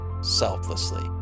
selflessly